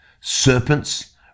Serpents